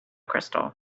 crystal